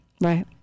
right